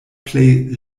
plej